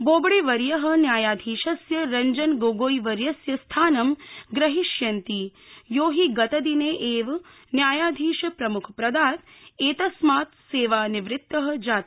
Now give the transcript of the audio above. बोबड़ेवर्यः न्यायाधीशस्य रंजनगोगोई वर्यस्य स्थानं ग्रहीष्यति यो हि गतदिने एव न्यायाधीशप्रमुख पदात् एतस्मात् सेवानिवृत्तः जातः